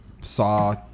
saw